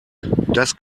das